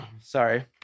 sorry